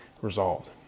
resolved